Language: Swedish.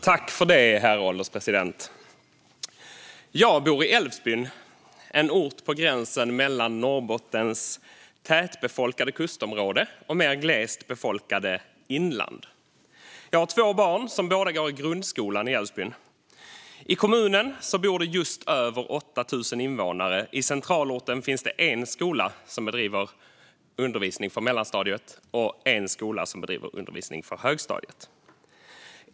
Herr ålderspresident! Jag bor i Älvsbyn, en ort på gränsen mellan Norrbottens tätbefolkade kustområde och Norrbottens mer glest befolkade inland. Jag har två barn som båda går i grundskolan i Älvsbyn. I kommunen bor det just över 8 000 invånare. I centralorten finns det en skola som bedriver undervisning för mellanstadiet och en skola som bedriver undervisning för högstadiet.